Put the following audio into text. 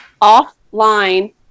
offline